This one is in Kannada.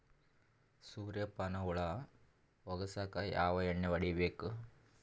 ಸುರ್ಯಪಾನ ಹುಳ ಹೊಗಸಕ ಯಾವ ಎಣ್ಣೆ ಹೊಡಿಬೇಕು?